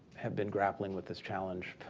have been grappling with this challenge,